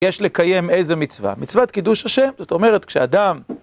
יש לקיים איזה מצווה? מצוות קידוש ה'. זאת אומרת כשאדם...